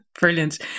Brilliant